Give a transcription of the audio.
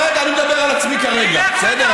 רגע, אני מדבר על עצמי כרגע, בסדר?